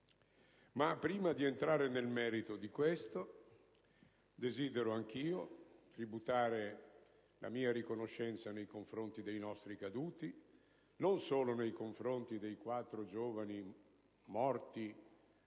prima di entrare nel merito, desidero anch'io tributare la mia riconoscenza nei confronti dei nostri caduti, non solo dei quattro giovani morti